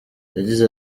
yagize